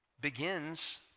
begins